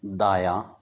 دایاں